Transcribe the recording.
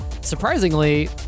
surprisingly